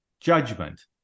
judgment